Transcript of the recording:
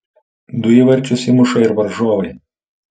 du įvarčius įmuša ir varžovai